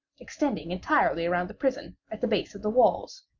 extending entirely around the prison at the base of the walls,